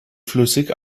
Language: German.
flüssig